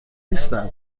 نیستم